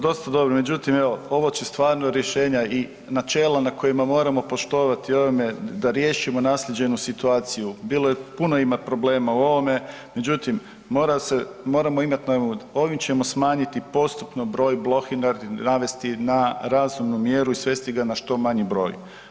Dosta dobro, međutim, evo, ova će stvarna rješenja i načela na kojima moramo poštovati ovime da riješimo naslijeđenu situaciju, puno ima problema u ovome, međutim moramo imati na umu da ovim ćemo smanjiti postupno broj blokiranih, navesti na razumnu mjeru i svesti ga na što manji broj.